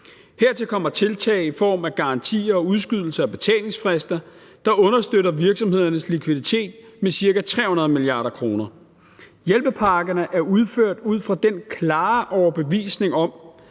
Hertil kommer tiltag i form af garantier og udskydelse af betalingsfrister, der understøtter virksomhedernes likviditet med ca. 300 mia. kr. Hjælpepakkerne er gennemført ud fra den klare overbevisning om,